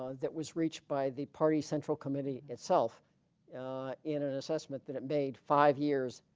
ah that was reached by the party central committee itself in an assessment that it made five years